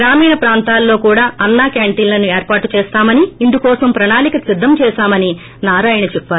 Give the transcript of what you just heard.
గ్రామీణ ప్రాంతాల్లో కూడా అన్న క్నాంటీన్లను ఏర్పాటు చేస్తామని ఇందుకోసం ప్రణాళిక సిద్ధం చేశామని నారాయణ చెప్పారు